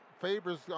Favors